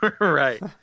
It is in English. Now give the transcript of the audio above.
Right